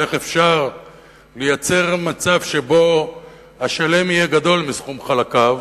של איך אפשר לייצר מצב שבו השלם יהיה גדול מסכום חלקיו,